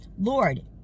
Lord